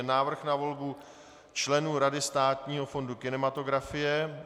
Návrh na volbu členů Rady Státního fondu kinematografie